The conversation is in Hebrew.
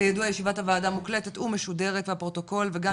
כידוע ישיבת הועדה מוקלטת ומשודרת לפרוטוקול וגם